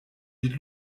die